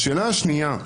השאלה השנייה,